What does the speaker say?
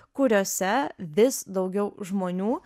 kuriose vis daugiau žmonių